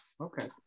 Okay